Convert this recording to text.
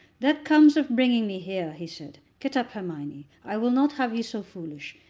that comes of bringing me here, he said. get up, hermione. i will not have you so foolish.